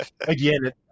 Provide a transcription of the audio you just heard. again